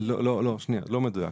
לא מדויק.